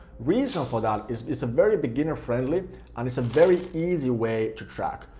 reason for that is it's a very beginner-friendly and it's a very easy way to track.